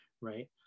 right